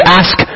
ask